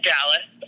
Dallas